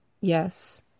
Yes